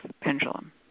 pendulum